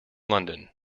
london